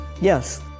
Yes